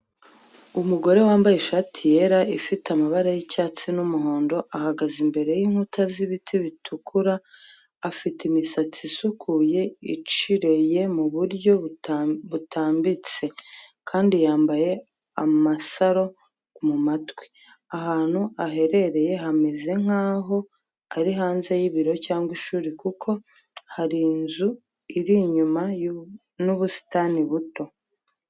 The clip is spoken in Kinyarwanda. Umugore wambaye ishati yera ifite amabara y’icyatsi n’umuhondo, ahagaze imbere y’inkuta z’ibiti bitukura. Afite imisatsi isukuye, icirewe mu buryo butambitse, kandi yambaye amasaro mu matwi. Ahantu aherereye hameze nk'aho ari hanze y'ibiro cyangwa ishuri, kuko hari inzu iri inyuma n'ubusitani buto.